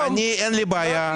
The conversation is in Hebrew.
לי אין בעיה.